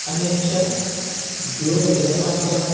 अन्यच्च जोगजलपातः